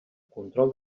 control